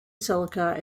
silica